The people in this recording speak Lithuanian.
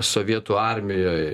sovietų armijoj